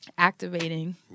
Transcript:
activating